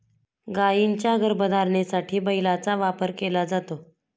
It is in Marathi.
गायींच्या गर्भधारणेसाठी बैलाचा वापर केला जातो